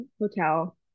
hotel